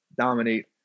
dominate